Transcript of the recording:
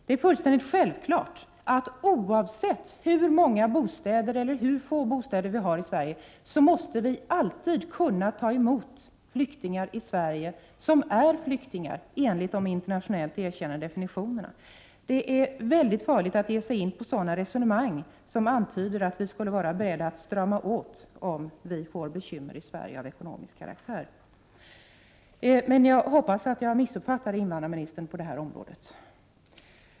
Det är fullständigt självklart att vi, oavsett hur många eller hur få bostäder vi har i Sverige, alltid måste kunna ta emot flyktingar som är flyktingar enligt de internationellt erkända definitionerna. Det är mycket farligt att ge sig in på sådana resonemang som antyder att vi skulle vara beredda att strama åt flyktingpolitiken, om vi i Sverige får bekymmer av ekonomisk karaktär. Jag hoppas att jag missuppfattade invandrarministern på det här området.